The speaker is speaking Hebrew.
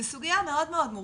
זו סוגיה מאוד מאוד מורכבת.